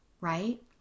right